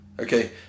Okay